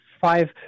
five